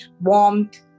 warmth